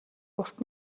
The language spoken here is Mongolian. урт